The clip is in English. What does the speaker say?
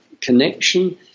connection